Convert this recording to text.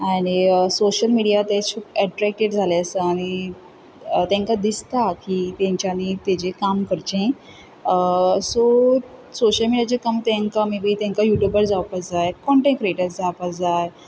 आनी social media तें attracted जाल्लें आसा आनी तेंकां दिसता की तेंच्यांनी तेचेर काम करचें सो सोशियल मिडियाचेर काम मे बी तेंकां युट्युबार जावपाक जाय कॉन्टॅंट क्रिएटर जावपाक जाय